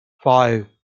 five